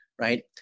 right